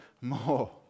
more